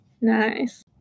nice